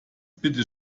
bitte